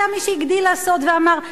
היה מי שהגדיל לעשות ואמר: